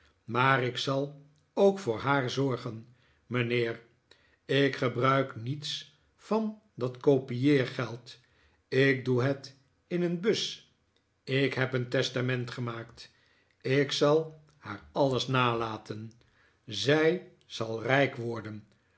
maar ik zal ook voor haar zorgen mijnheer ik gebruik niets van dat kopieergeld ik doe het in een bus ik heb een testament gemaakt ik zal haar alles nalaten zij zal rijk worden